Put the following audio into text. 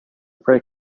break